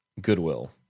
Goodwill